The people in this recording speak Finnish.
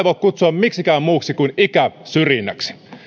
voi kutsua miksikään muuksi kuin ikäsyrjinnäksi